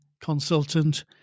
consultant